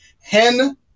hen